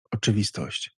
oczywistość